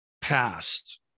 past